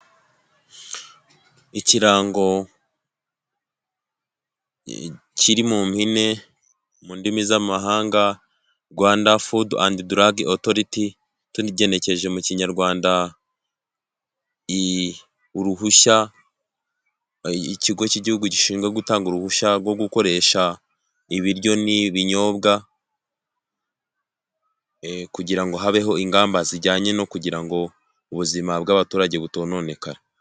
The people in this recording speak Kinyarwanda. Ikirango kiri mu mpine mu ndimi z'amahanga Rwanda fudu andi daragi otoriti, tugenekereje mu kinyarwanda uruhushya ikigo k'igihugu gishinzwe gutanga uruhushya rwo gukoresha ibiryo n'ibinyobwa, kugirango habeho ingamba zijyanye no kugira ngo ubuzima bw'abaturage butononekara.